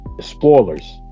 spoilers